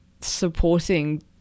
supporting